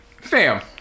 fam